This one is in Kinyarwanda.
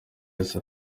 wese